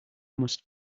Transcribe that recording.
must